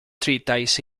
treatise